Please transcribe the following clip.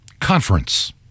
conference